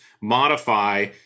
modify